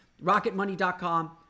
rocketmoney.com